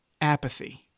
Apathy